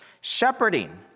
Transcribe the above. Shepherding